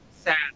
sad